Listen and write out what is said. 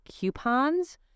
coupons